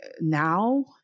now